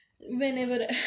whenever